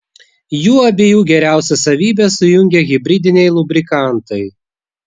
jų abiejų geriausias savybes sujungia hibridiniai lubrikantai